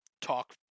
Talk